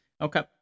Okay